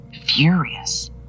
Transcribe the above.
furious